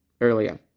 earlier